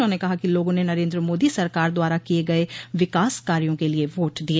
उन्होंने कहा कि लोगों ने नरेन्द्र मोदी सरकार द्वारा किए गए विकास कार्यो के लिए वोट दिए